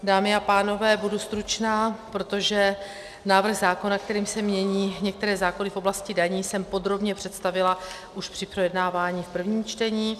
Dámy a pánové, budu stručná, protože návrh zákona, kterým se mění některé zákony v oblasti daní, jsem podrobně představila už při projednávání v prvním čtení.